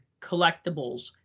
collectibles